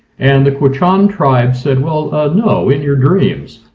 and the quechan tribe said, well no, in your dreams.